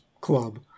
club